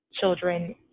children